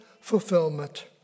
fulfillment